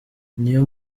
niyo